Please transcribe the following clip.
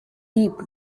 deep